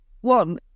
One